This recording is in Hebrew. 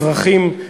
אזרחים,